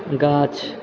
गाछ